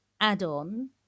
add-on